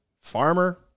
farmer